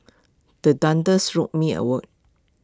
the thunders jolt me awake